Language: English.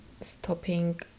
stopping